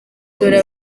dore